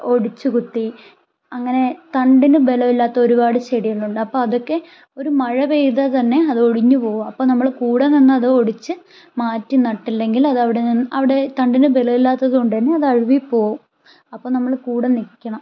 ഒടിച്ചുകുത്തി അങ്ങനെ തണ്ടിന് ബലമില്ലാത്ത ഒരുപാട് ചെടികളുണ്ട് അപ്പം അതൊക്കെ ഒരു മഴ പെയ്താൽ തന്നെ അതൊടിഞ്ഞ് പോവും അപ്പം നമ്മൾ കൂടെ നിന്ന് അതൊടിച്ച് മാറ്റി നട്ടില്ലെങ്കിൽ അതവിടെ നിന്ന് അവിടെ തണ്ടിന് ബലോല്ലാത്തത് കൊണ്ട് തന്നെ അത് അഴുവി പോവും അപ്പോൾ നമ്മൾ കൂടെ നിൽക്കണം